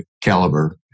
caliber